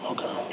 Okay